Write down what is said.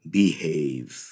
behave